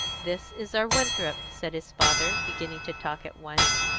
this is our winthrop, said his father, beginning to talk at once.